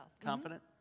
confident